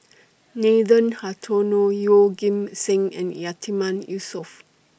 Nathan Hartono Yeoh Ghim Seng and Yatiman Yusof